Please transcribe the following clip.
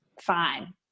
fine